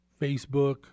Facebook